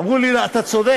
אמרו לי: אתה צודק.